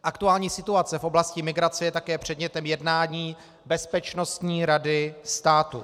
Aktuální situace v oblasti migrace je také předmětem jednání Bezpečnostní rady státu.